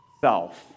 Self